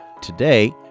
Today